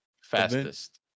Fastest